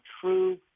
true